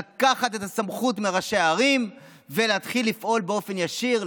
לקחת את הסמכות מראשי הערים ולהתחיל לפעול באופן ישיר,